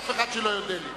אף אחד שלא יודה לי.